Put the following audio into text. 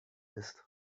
ist